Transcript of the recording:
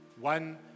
one